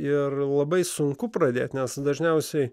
ir labai sunku pradėti nes dažniausiai